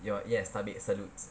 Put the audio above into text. your yes tabik salute